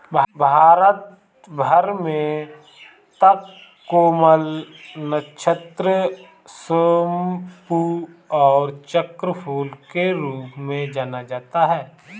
भारत भर में तककोलम, नक्षत्र सोमपू और चक्रफूल के रूप में जाना जाता है